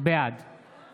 בעד